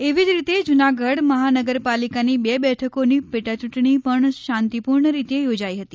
એવી જ રીતે જૂનાગઢ મહાનગરપાલિકાની બે બેઠકોની પેટા યૂંટણી પણ શાંતિપૂર્ણ રીતે યોજાઈ હતી